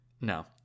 no